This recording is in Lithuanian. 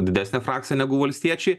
didesnę frakciją negu valstiečiai